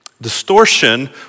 distortion